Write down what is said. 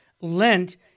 Lent